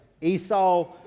Esau